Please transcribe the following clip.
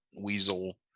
weasel